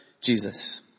Jesus